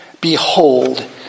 behold